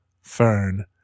fern